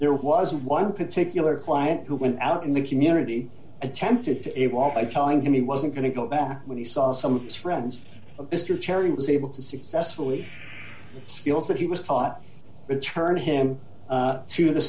there was one particular client who went out in the community attempted to a walk by telling him he wasn't going to go back when he saw some friends of mr cherry was able to successfully skills that he was caught return him to the